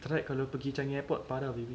try kalau pergi changi airport parah baby